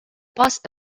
post